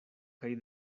kaj